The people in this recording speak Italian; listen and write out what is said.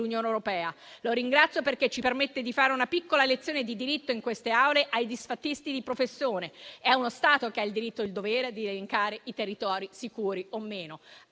europea. Lo ringrazio, perché ci permette di fare una piccola lezione di diritto in queste aule ai disfattisti di professione. È uno Stato che ha il diritto e il dovere di elencare i territori sicuri o no.